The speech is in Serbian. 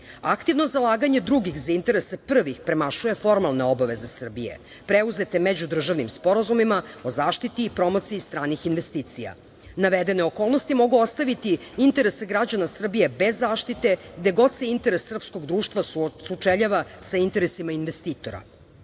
Aktivno zalaganje drugih za interese prvih premašuje formalne obaveze Srbije, preuzete međudržavnim sporazumima o zaštiti i promociji stranih investicija. Navedene okolnosti mogu ostaviti interese građana Srbije bez zaštite gde god se interes srpskog društva sučeljava sa interesima investitora.U